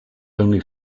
only